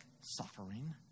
suffering